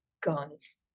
guns